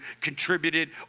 contributed